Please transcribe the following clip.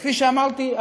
כפי שאמרתי,